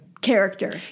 character